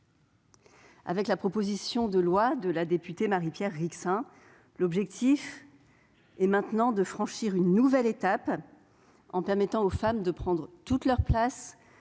de la proposition de loi de la députée Marie-Pierre Rixain, de franchir une nouvelle étape en permettant aux femmes de prendre toute leur place